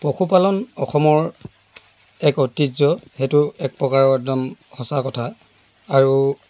পশুপালন অসমৰ এক ঐতিহ্য সেইটো এক প্ৰকাৰৰ একদম সঁচা কথা আৰু